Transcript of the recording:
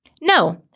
no